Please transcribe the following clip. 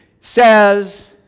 says